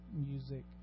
music